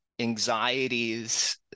anxieties